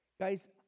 Guys